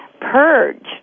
purge